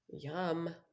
Yum